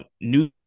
new